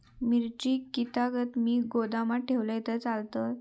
मिरची कीततागत मी गोदामात ठेवलंय तर चालात?